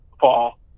fall